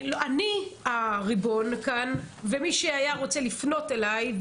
אני הריבון כאן ומי שהיה רוצה לפנות אליי,